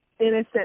innocent